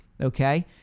Okay